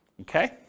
Okay